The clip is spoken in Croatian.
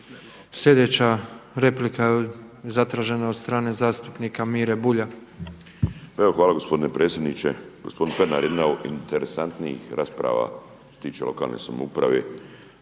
Sljedeća replika je zatražena od strane zastupnika Mire Bulja. **Bulj, Miro (MOST)** Pa evo hvala gospodine predsjedniče. Gospodine Pernar je jedna od interesantnijih rasprava što se tiče lokalne samouprave.